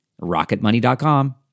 rocketmoney.com